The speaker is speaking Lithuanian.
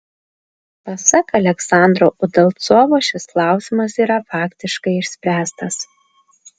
pasak aleksandro udalcovo šis klausimas yra faktiškai išspręstas